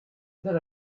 that